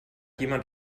jemand